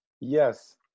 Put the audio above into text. Yes